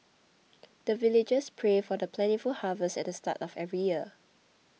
the villagers pray for the plentiful harvest at the start of every year